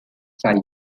sides